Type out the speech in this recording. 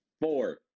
Four